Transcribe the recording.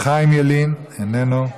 חיים ילין, איננו.